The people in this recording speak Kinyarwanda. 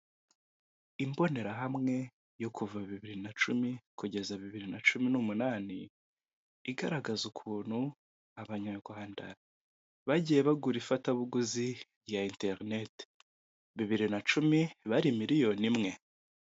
Imbonerehamwe yo kuva bibiri na cumi kugeza bibiri na cumi n'umunani igaragaza ukuntu abanyarwanda bagiye bagura ifatabuguzi rya interineti bibiri na cumi bari miriyoni imwe.